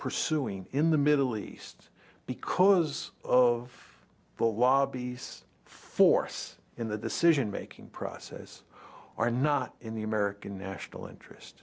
pursuing in the middle east because of the wild beast force in the decision making process or not in the american national interest